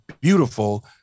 beautiful